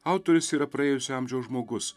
autorius yra praėjusio amžiaus žmogus